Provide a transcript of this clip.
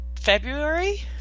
february